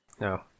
No